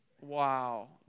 wow